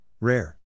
Rare